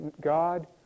God